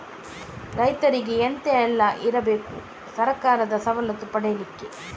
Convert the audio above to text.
ರೈತರಿಗೆ ಎಂತ ಎಲ್ಲ ಇರ್ಬೇಕು ಸರ್ಕಾರದ ಸವಲತ್ತು ಪಡೆಯಲಿಕ್ಕೆ?